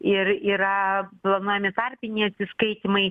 ir yra planuojami tarpiniai atsiskaitymai